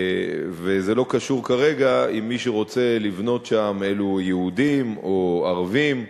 וזה לא קשור כרגע אם מי שרוצים לבנות שם הם יהודים או ערבים.